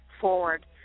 forward